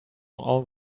all